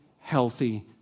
healthy